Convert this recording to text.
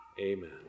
Amen